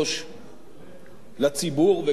לציבור וגם לכנסת הנכבדה,